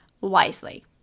wisely